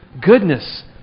goodness